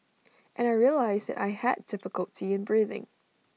and I realised that I had difficulty in breathing